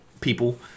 people